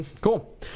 Cool